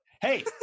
Hey